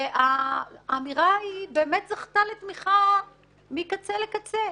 והאמירה באמת זכתה לתמיכה מקצה לקצה.